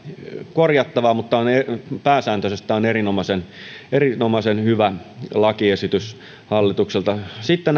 korjattavaa mutta pääsääntöisesti tämä on erinomaisen erinomaisen hyvä lakiesitys hallitukselta sitten